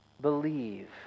believe